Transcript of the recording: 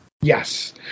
Yes